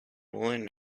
woollen